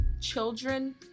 children